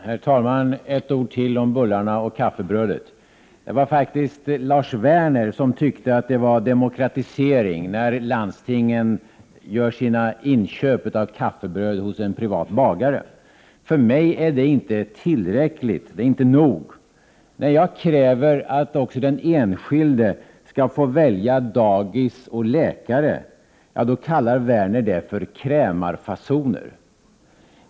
Herr talman! Ett ord till om bullarna och kaffebrödet. Det var faktiskt Lars Werner som tyckte att det är demokratisering när landstingen gör sina inköp av kaffebröd hos en privat bagare. För mig är det inte tillräckligt. När jag kräver att också den enskilde skall få välja dagis och läkare, kallar Lars Werner det för ”krämarfasoner”.